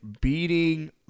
beating